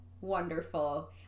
wonderful